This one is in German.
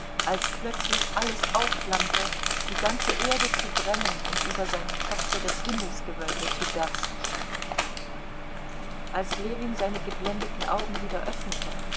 als plötzlich alles aufflammte die ganze erde zu brennen und über seinem kopfe das himmelsgewölbe zu bersten schien als ljewin seine geblendeten augen wieder öffnete